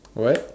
what